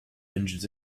engines